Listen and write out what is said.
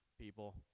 people